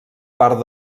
part